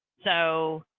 so,